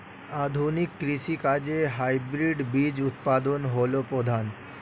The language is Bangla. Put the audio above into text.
আধুনিক কৃষি কাজে হাইব্রিড বীজ উৎপাদন হল প্রধান